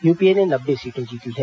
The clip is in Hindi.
यूपीए ने नब्बे सीटे जीती हैं